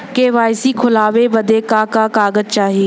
KYC खोलवावे बदे का का कागज चाही?